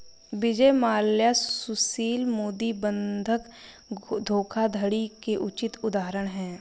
विजय माल्या सुशील मोदी बंधक धोखाधड़ी के उचित उदाहरण है